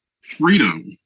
freedom